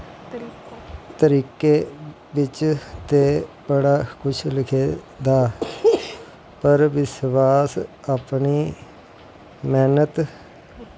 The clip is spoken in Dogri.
तरीके बिच्च ते बड़ा कुछ लिखे दा पर विश्वास अपनी मैह्नत